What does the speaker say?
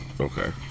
Okay